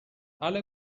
alle